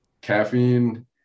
caffeine